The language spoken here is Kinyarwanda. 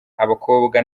abakobwa